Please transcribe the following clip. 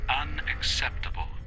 Unacceptable